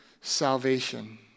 salvation